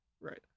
right